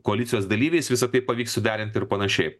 koalicijos dalyviais visa tai pavyks suderint ir panašiai